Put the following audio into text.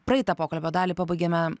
praeitą pokalbio dalį pabaigėme